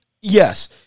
Yes